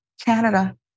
Canada